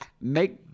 Make